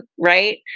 right